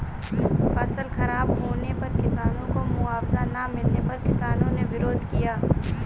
फसल खराब होने पर किसानों को मुआवजा ना मिलने पर किसानों ने विरोध किया